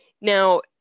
Now